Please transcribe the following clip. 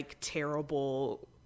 terrible